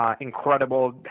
incredible